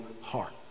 heart